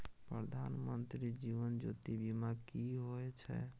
प्रधानमंत्री जीवन ज्योती बीमा की होय छै?